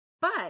But-